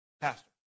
Pastor